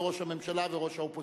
לראש הממשלה ולראש האופוזיציה.